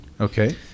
okay